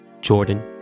Jordan